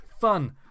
Fun